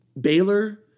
Baylor